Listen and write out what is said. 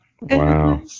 Wow